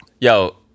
yo